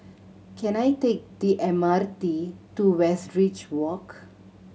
can I take the M R T to Westridge Walk